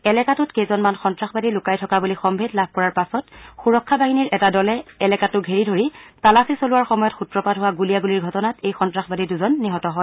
এলেকাটোত কেইজনমান সন্তাসবাদী লুকাই থকা বুলি সম্ভেদ লাভ কৰাৰ পাছত সুৰক্ষা বাহিনীৰ এটা দলে এলেকাটো ঘেৰি ধৰি তালাচী চলোৱাৰ সময়ত সূত্ৰপাত হোৱা গুলীয়াগুলীৰ ঘটনাত এই সন্ত্ৰাসবাদী দুজন নিহত হয়